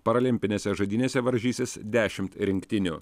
paralimpinėse žaidynėse varžysis dešimt rinktinių